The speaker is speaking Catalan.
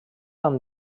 amb